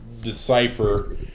Decipher